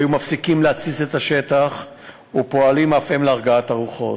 והיו מפסיקים להתסיס את השטח ופועלים אף הם להרגעת הרוחות.